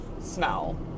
smell